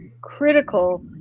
critical